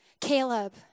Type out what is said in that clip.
Caleb